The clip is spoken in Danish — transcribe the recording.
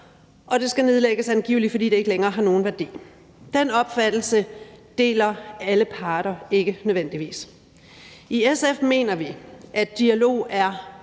og det skal angiveligt nedlægges, fordi det ikke længere har nogen værdi. Den opfattelse deler alle parter ikke nødvendigvis. I SF mener vi, at dialog er